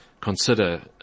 consider